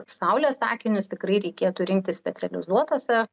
saulės akinius tikrai reikėtų rinktis specializuotose